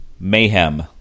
Mayhem